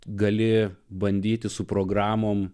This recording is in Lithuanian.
gali bandyti su programom